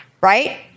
Right